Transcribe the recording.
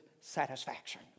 satisfaction